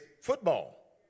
football